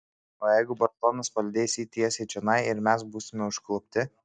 o jeigu bartonas palydės jį tiesiai čionai ir mes būsime užklupti